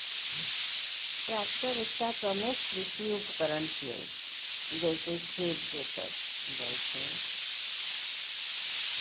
tractor एकटा प्रमुख कृषि उपकरण छियै, जइसे खेत जोतल जाइ छै